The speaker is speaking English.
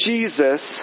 Jesus